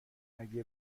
اگه